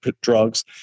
drugs